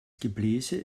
gebläse